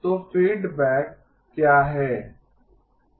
तो feedback क्या है